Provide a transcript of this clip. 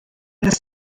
das